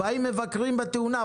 באים ומבקרים בתאונה,